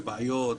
בעיות,